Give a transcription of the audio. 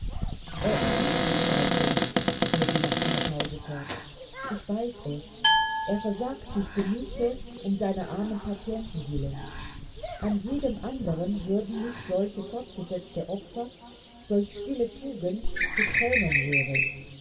er ist nicht mitleidlos fuhr sie nach einer pause fort ich weiß es er versagt sich genüsse um seiner armen patienten willen an jedem anderen würden mich solche fortgesetzte opfer solch stille tugend zu thränen rühren